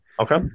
Okay